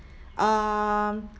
um